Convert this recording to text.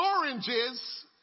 oranges